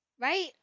right